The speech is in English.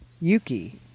Yuki